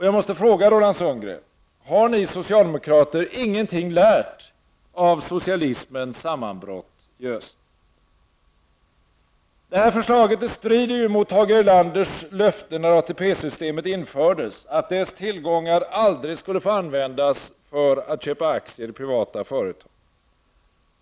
Jag måste fråga Roland Sundgren: Har ni socialdemokrater ingenting lärt av socialismens sammanbrott i öst? Detta förslag strider mot Tage Erlanders löften när ATP-systemet infördes att dess tillgångar aldrig skulle få användas för att köpa aktier i privata företag.